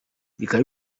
bikaba